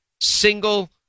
single